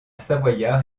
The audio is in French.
savoyard